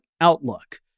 Outlook